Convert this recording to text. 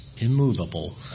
immovable